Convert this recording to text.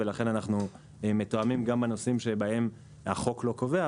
ולכן אנחנו מתואמים גם בנושאים שבהם החוק לא קובע.